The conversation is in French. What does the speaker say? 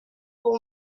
pour